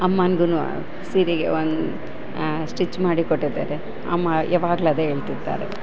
ಅಮ್ಮನ್ಗೂ ಸೀರೆಗೆ ಒಂದು ಸ್ಟಿಚ್ ಮಾಡಿ ಕೊಟ್ಟಿದ್ದೆ ರಿ ಅಮ್ಮ ಯಾವಾಗಲು ಅದೇ ಹೇಳ್ತಿರ್ತ್ತಾರೆ